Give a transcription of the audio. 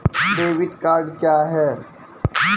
Debit card क्या हैं?